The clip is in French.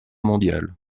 mondiale